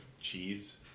cheese